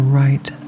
right